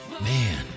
Man